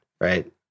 right